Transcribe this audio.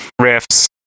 riffs